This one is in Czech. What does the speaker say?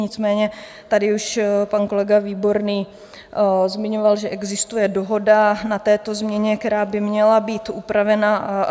Nicméně tady už pan kolega Výborný zmiňoval, že existuje dohoda na této změně, která by měla být upravena.